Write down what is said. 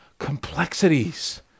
complexities